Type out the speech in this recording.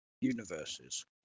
universes